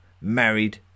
married